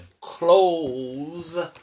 Close